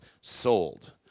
Sold